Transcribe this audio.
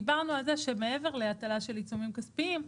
דיברנו על זה שמעבר להטלה של עיצומים כספיים,